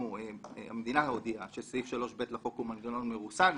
המדינה הודיעה שסעיף 3ב לחוק הוא מנגנון מרוסן,